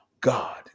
God